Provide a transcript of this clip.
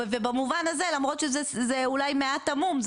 ובמובן הזה למרות שזה אולי מעט עמום,